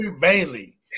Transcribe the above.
Bailey